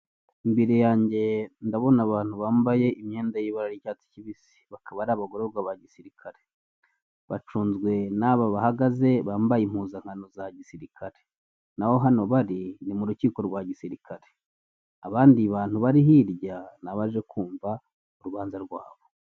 Imbere yanjye ndabona abantu bambaye imyenda y'ibara' ry'icyatsi kibisi, bakaba ari abagororwa ba gisirikare bacunzwe n'aba bahagaze bambaye impuzankano za gisirikare naho hano bari ni mu rukiko rwa gisirikare. Abandi bantu bari hirya ni abaje kumva urubanza rwabo.